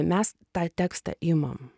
mes tą tekstą imam